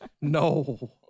No